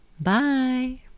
Bye